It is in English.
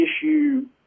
issue